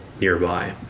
nearby